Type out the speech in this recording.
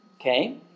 Okay